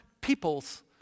peoples